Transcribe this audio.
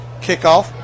kickoff